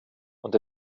und